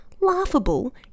laughable